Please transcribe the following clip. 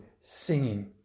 singing